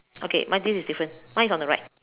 okay mine this is different mine is on the right